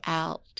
out